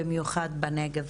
במיוחד מהנגב.